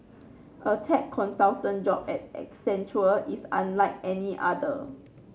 a tech consultant job at Accenture is unlike any other